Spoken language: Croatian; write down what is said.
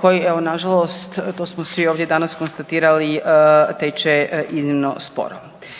koji evo nažalost to smo svi ovdje danas konstatirali teče iznimno sporo.